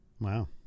wow